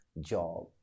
job